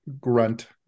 grunt